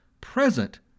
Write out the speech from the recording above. present